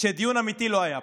שדיון אמיתי לא היה פה.